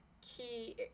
key